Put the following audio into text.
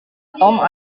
tom